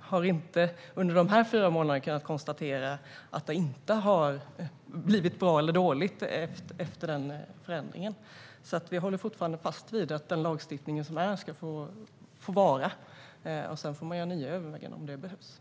har under de här fyra månaderna inte kunnat konstatera om det har blivit bra eller dåligt efter den förändringen. Vi håller fortfarande fast vid att den lagstiftning som finns nu ska få vara. Sedan får man göra nya överväganden senare om det behövs.